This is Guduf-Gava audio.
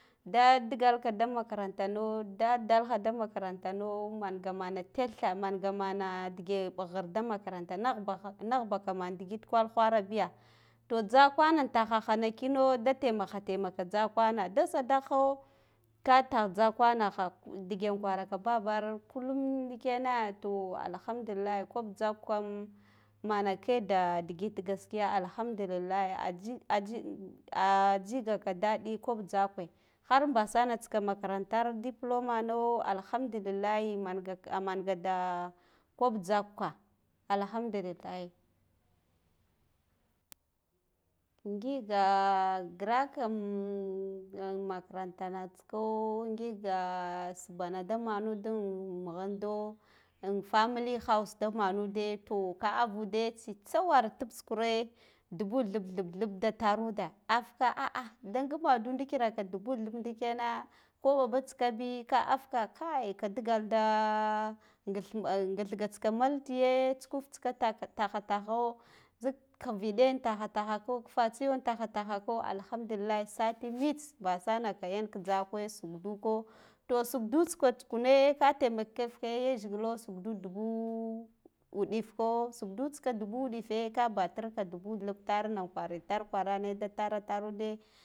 Da diggalka da makarantana da dalha da makaratano manga mana tetha mangamana dege ɓahghar da makaranta nahbagha, nahbaka man digid kwal wharabiya ta tzakwana tahana kina da taimaha tarmaha tzakwana da zadaha ka tah tzakwanaha dege kwaraka babbaro kukem ndikena to alhamdullillahi koɓ tzak kam manake da digit gaskiya alhadullillah aji, aji, aa jigaka daɗi koɓ tzakwe har mbasa na tsika makarantar diplomano alhamdullilahi manga ku manga ku manga da koɓ tzak ka alhamdullilahi nyiga grak am makaranta tsiko ngiga sbana da manud ann mughindo an family house da manude to ka avude tsifsa ware tubb tsukure dube thebb thebb da taruda afka a. a da gumadu ndikiraka dubu thebba ndikena koɓaba tsikabiy ka afka kai ka digal da gth, gthga tsika maltige tsuf tsika taha, taho zik kivide taha, tahako kfatsiyo an taha, tahako alhamdullillah sati mts mbasanaka yan ka tzakwe sukdu ko ta shuvadu tsika tsuguna ka temakafhe yasgilo sukdu dubu wudif ko sukdu tsika dubu wu dife ka bafarka dubu thebb tarna kwara itar kwarane da tara tarude